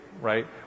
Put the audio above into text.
right